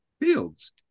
Fields